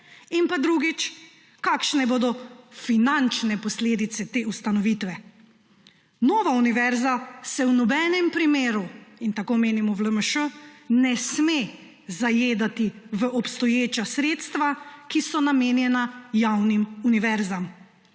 In drugič, kakšne bodo finančne posledice te ustanovitve? Nova univerza se v nobenem primeru – in tako menimo v LMŠ – ne sme zajedati v obstoječa sredstva, ki so namenjena javnim univerzam.